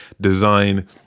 design